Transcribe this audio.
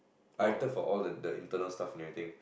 I acted for all the the internal stuff and everything